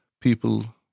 people